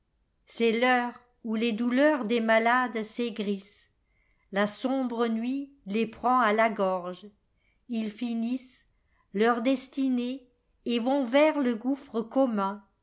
c'est l'heure où les douleurs des malades s'aigrissent la sombre nuit les prend à la gorge ils finissent leur destinée et vont vers le gouffre commun